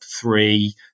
three